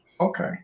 Okay